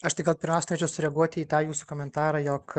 aš tai gal pirmiausia norėčiau sureaguoti į tą jūsų komentarą jog